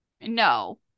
No